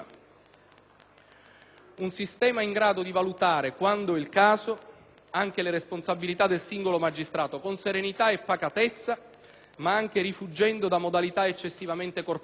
Un sistema in grado di valutare, quando è il caso, anche le responsabilità del singolo magistrato con serenità e pacatezza, ma anche rifuggendo da modalità eccessivamente corporative.